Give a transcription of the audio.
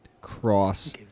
cross